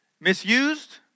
misused